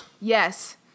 Yes